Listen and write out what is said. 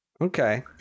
Okay